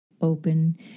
open